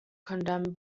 condemned